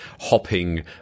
Hopping